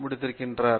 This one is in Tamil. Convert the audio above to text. முடித்திருக்கிறார்